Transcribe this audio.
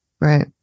right